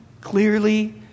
clearly